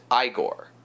Igor